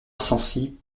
asensi